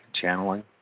channeling